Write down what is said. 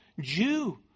jew